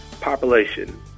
population